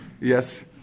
Yes